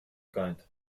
kind